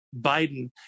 Biden